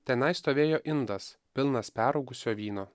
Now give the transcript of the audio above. tenai stovėjo indas pilnas perrūgusio vyno